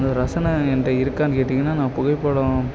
அந்த ரசனை என்கிட்ட இருக்கானு கேட்டீங்கன்னா நான் புகைப்படம்